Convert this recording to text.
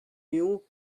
new